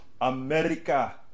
America